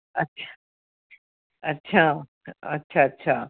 ਅੱਛਾ ਅੱਛਾ ਅੱਛਾ ਅੱਛਾ